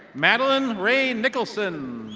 madeline ray nicholson.